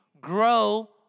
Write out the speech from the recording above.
grow